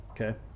okay